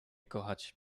kochać